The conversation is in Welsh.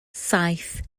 saith